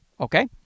Okay